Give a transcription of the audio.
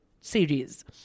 series